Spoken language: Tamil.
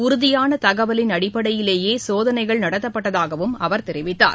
உறுதியான தகவலின் அடிப்படையிலேயே சோதனைகள் நடத்தப்பட்டதாகவும் அவர் தெரிவித்தார்